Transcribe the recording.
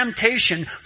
temptation